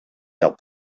help